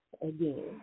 again